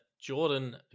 Jordan